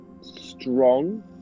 strong